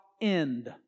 end